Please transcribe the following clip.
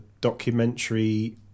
documentary